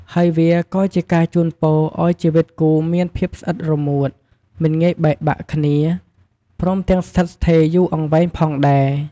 ហើយវាក៏ជាការជូនពរឲ្យជីវិតគូរមានភាពស្អិតរមួត មិនងាយបែកបាក់គ្នា ព្រមទាំងស្ថិតស្ថេរយូរអង្វែងផងដែរ។